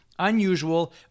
Unusual